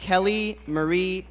kelly marie